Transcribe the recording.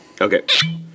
Okay